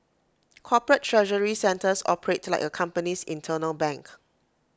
corporate treasury centres operate like A company's internal bank